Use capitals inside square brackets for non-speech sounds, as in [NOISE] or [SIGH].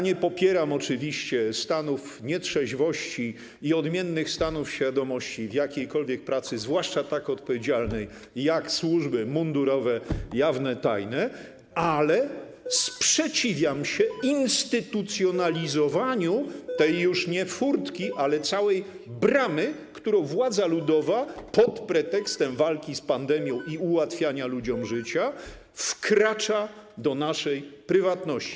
Nie popieram oczywiście stanów nietrzeźwości i odmiennych stanów świadomości w jakiejkolwiek pracy, zwłaszcza tak odpowiedzialnej jak służby mundurowe - jawne, tajne, ale [NOISE] sprzeciwiam się instytucjonalizowaniu tej już nie furtki, ale całej bramy, którą władza ludowa pod pretekstem walki z pandemią i ułatwiania ludziom życia wkracza w naszą prywatność.